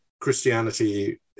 Christianity